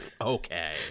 Okay